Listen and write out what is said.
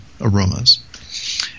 aromas